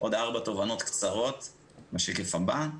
עוד ארבע תובנות קצרות בשקף הבא: